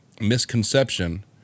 misconception